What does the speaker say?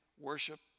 worship